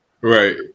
Right